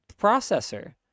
processor